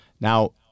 Now